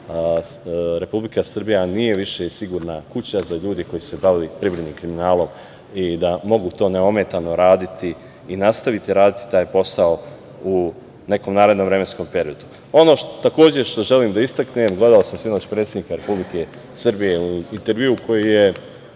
da Republika Srbija nije više sigurna kuća za ljude koji su se bavili privrednim kriminalom i da mogu to neometano raditi i nastaviti raditi taj posao u nekom narednom vremenskom periodu. Ono što takođe želim da istaknem, gledao sam sinoć predsednika Republike Srbije u intervjuu koji je,